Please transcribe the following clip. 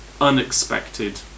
unexpected